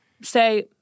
say